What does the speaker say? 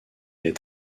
est